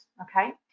okay